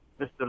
Mr